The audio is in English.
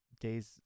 days